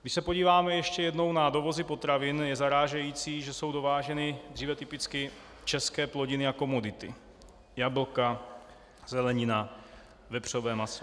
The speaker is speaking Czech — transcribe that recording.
Když se podíváme ještě jednou na dovozy potravin, je zarážející, že jsou dováženy dříve typicky české plodiny a komodity, jablka, zelenina, vepřové maso.